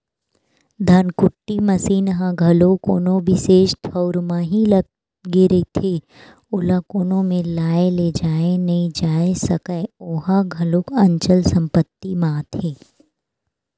धनकुट्टी मसीन ह घलो कोनो बिसेस ठउर म ही लगे रहिथे, ओला कोनो मेर लाय लेजाय नइ जाय सकय ओहा घलोक अंचल संपत्ति म आथे